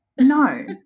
No